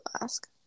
ask